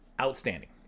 outstanding